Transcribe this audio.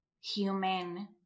human